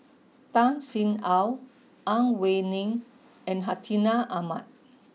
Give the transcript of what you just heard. Tan Sin Aun Ang Wei Neng and Hartinah Ahmad